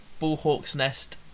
bullhawksnest